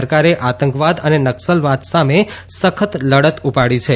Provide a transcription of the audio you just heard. સરકારે આતંકવાદ અને નકસલવાદ સામે સખત લડત ઉપાડી છે